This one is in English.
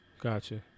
Gotcha